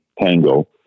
Tango